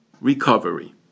recovery